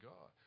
God